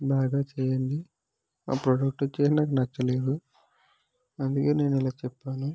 బాగా చేయండి ప్రోడక్ట్ వచ్చేసి నాకు నచ్చలేదు అందుకే నేను ఇలా చెప్పాను